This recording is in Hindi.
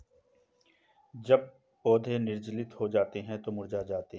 जब पौधे निर्जलित हो जाते हैं तो मुरझा जाते हैं